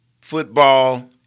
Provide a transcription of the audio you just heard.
football